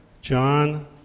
John